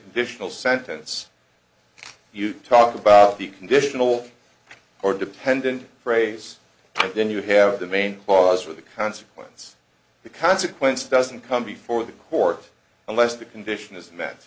additional sentence you talk about the conditional or dependent phrase then you have the main clause with the consequence the consequence doesn't come before the court unless the condition is m